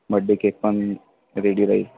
birthday cake पण ready राहील